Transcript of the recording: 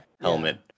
helmet